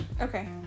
Okay